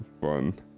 Fun